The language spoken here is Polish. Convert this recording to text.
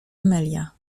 amelia